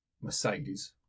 Mercedes